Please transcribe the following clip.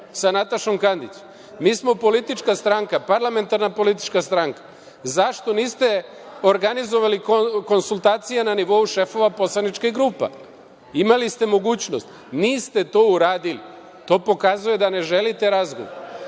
sa Natašom Kandić. Mi smo politička stranka, parlamentarna politička stranka. Zašto niste organizovali konsultacije na nivou šefova poslaničkih grupa? Imali ste mogućnost, niste to uradili. To pokazuje da ne želite